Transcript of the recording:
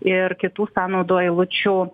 ir kitų sąnaudų eilučių